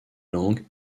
langue